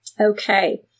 Okay